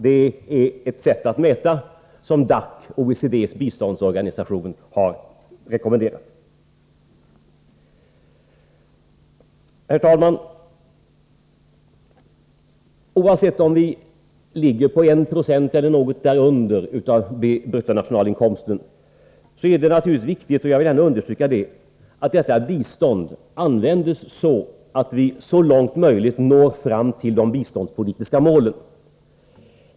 Det är ett sätt att mäta som OECD:s biståndsorganisation DAC har rekommenderat. Herr talman! Oavsett om vi ligger på 1 90 av bruttonationalinkomsten eller något där under, är det naturligtvis viktigt — och jag vill gärna understryka det —att detta bistånd används på ett sådant sätt att vi så långt det är möjligt når fram till de biståndspolitiska målen.